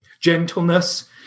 Gentleness